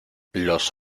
los